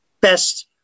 best